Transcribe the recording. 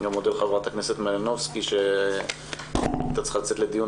אני גם מודה לחברת הכנסת מלינובסקי שהייתה צריכה לצאת לדיון